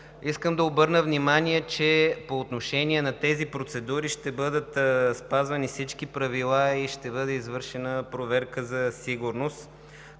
Искам да обърна внимание, че по отношение на тези процедури ще бъдат спазвани всички правила и ще бъде извършена проверка за сигурност.